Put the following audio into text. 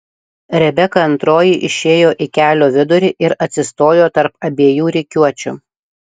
rebeka antroji išėjo į kelio vidurį ir atsistojo tarp abiejų rikiuočių